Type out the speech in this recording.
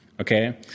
Okay